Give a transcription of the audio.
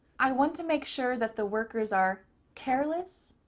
i want to make sure that the workers are careless,